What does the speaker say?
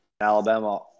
Alabama